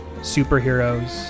superheroes